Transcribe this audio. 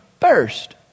first